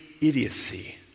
idiocy